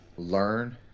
Learn